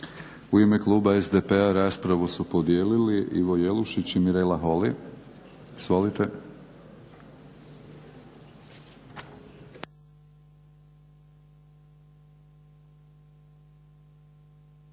U ime kluba SDP-a raspravu su podijeli Ivo Jelušić i Mirela Holy. Izvolite.